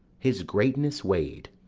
his greatness weigh'd,